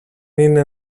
είναι